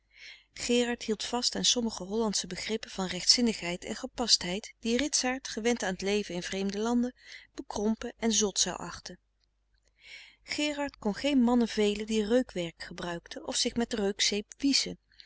gerard hield vast aan sommige hollandsche begrippen van rechtzinnigheid en gepastheid die ritsaart gewend aan t leven in vreemde landen bekrompen en zot zou achten gerard kon geen mannen velen die reukwerk gebruikten of zich met reukzeep